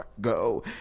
go